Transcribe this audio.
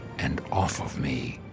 and off of me,